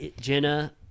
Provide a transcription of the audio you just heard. jenna